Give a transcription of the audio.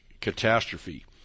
catastrophe